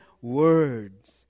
words